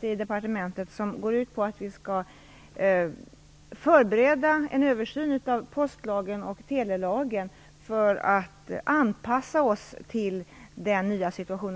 vi inom departementet ett arbete som går ut på att vi skall förbereda en översyn av postlagen och telelagen för att anpassa oss till den nya situationen.